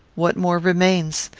what more remains?